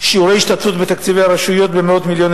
אתה יודע מה המספר הממוצע של תלמידים בבתי-הספר הבדואיים בנגב?